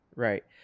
Right